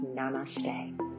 Namaste